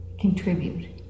contribute